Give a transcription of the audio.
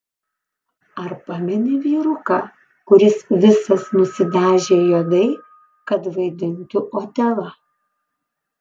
ar pameni vyruką kuris visas nusidažė juodai kad vaidintų otelą